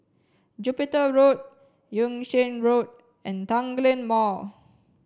Jupiter Road Yung Sheng Road and Tanglin Mall